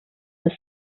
this